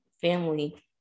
family